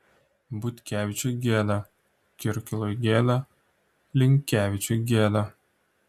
butkevičiui gėda kirkilui gėda linkevičiui gėda